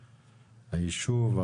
היישוב,